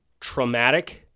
traumatic